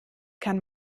kann